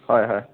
হয় হয়